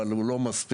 אבל הוא לא מספיק.